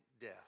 death